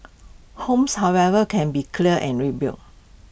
homes however can be cleared and rebuilt